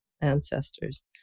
ancestors